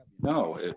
no